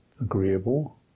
agreeable